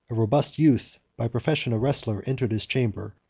a robust youth, by profession a wrestler, entered his chamber,